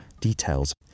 details